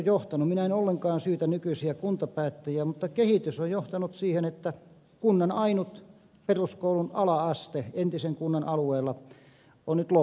minä en ollenkaan syytä nykyisiä kuntapäättäjiä mutta kehitys on johtanut siihen että kunnan ainut peruskoulun ala aste entisen kunnan alueella on nyt loppumassa